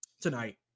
tonight